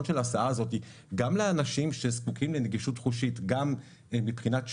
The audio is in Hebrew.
גם לאנשי שזקוקים לנגישות חושית, גם מבחינת שמיעה,